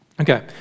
Okay